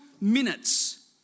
minutes